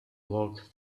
walk